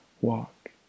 walk